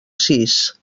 sis